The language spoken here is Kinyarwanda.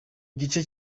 gice